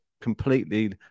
completely